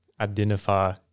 identify